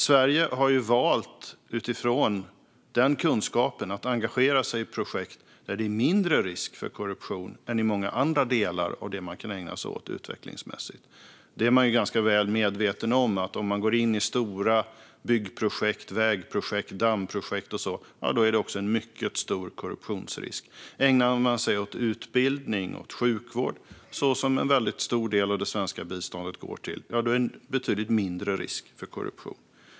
Sverige har utifrån den kunskapen valt att engagera sig i projekt där det finns mindre risk för korruption än i många andra delar av det man kan ägna sig åt utvecklingsmässigt. Man är ganska väl medveten om att ifall man går in i stora byggprojekt, vägprojekt, dammprojekt och sådant, är det också mycket stor korruptionsrisk. Ägnar man sig åt utbildning och sjukvård, som en väldigt stor del av det svenska biståndet går till, är det betydligt mindre risk för korruption.